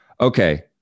okay